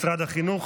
משרד החינוך,